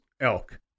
elk